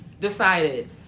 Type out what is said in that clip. decided